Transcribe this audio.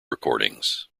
recordings